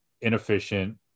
inefficient